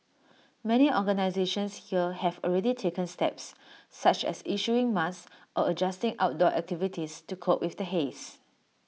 many organisations here have already taken steps such as issuing masks or adjusting outdoor activities to cope with the haze